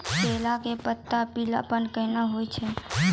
केला के पत्ता पीलापन कहना हो छै?